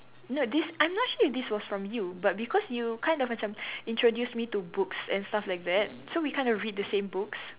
no this I'm not sure if this was from you but because you kind of macam introduced me to books and stuff like that so we kind of read the same books